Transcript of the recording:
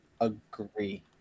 agree